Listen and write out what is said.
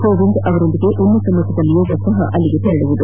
ಕೋವಿಂದ್ ಅವರೊಂದಿಗೆ ಉನ್ನತ ಮಟ್ಟದ ನಿಯೋಗ ಸಹ ತೆರಳಲಿದೆ